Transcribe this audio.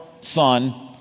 Son